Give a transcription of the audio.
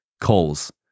Calls